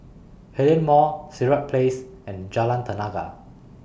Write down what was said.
Hillion Mall Sirat Place and Jalan Tenaga